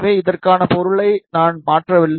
எனவே இதற்கான பொருளை நான் மாற்றவில்லை